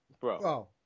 Bro